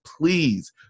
please